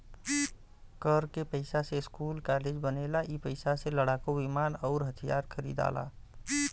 कर के पइसा से स्कूल कालेज बनेला ई पइसा से लड़ाकू विमान अउर हथिआर खरिदाला